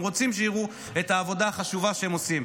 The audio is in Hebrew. הן רוצות שיראו את העבודה החשובה שהן עושות,